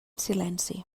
silenci